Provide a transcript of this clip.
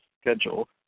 schedule